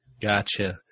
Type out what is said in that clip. Gotcha